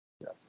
Yes